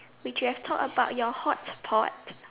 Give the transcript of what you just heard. which you have talked about your hotpot